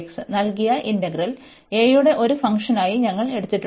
നൽകിയ integral a യുടെ ഒരു ഫംഗ്ഷനായി ഞങ്ങൾ എടുത്തിട്ടുണ്ട്